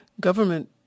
government